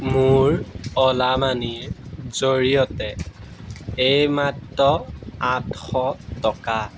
মোৰ অ'লা মানিৰ জৰিয়তে এইমাত্ৰ আঠশ টকা